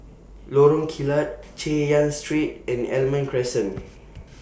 Lorong Kilat Chay Yan Street and Almond Crescent